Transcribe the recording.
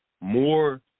more